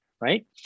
right